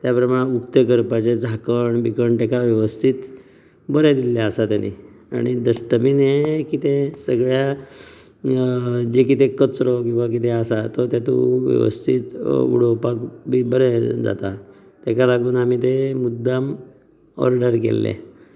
त्या प्रमाण उक्ते करपाचे झांकण बिकण तेका वेवस्थित बरें दिल्ले आसा तेणें आनी डस्टबीन हें कितें सगळ्या जे कितें कचरो किंवां कितें आसा तो तेतूंत वेवस्थित उडोवपाक बी बरें जाता तेका लागून आमी तें मुद्दाम ऑर्डर केल्लें